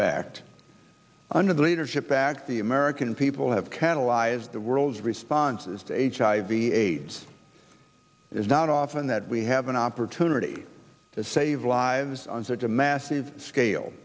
backed under the leadership back to the american people have catalyzed the world's response says the h i v aids is not often that we have an opportunity to save lives on such a massive scale